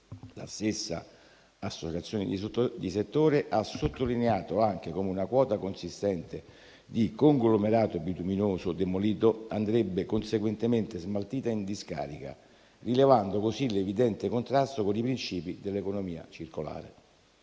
La stessa associazione di settore ha sottolineato anche come una quota consistente di conglomerato bituminoso demolito andrebbe conseguentemente smaltita in discarica, rilevando così l'evidente contrasto con i principi dell'economia circolare.